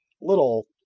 little